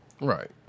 Right